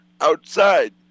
outside